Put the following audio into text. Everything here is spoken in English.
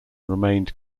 remained